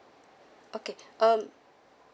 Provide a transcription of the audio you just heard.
okay um